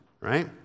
Right